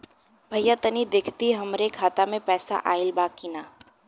भईया तनि देखती हमरे खाता मे पैसा आईल बा की ना?